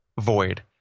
void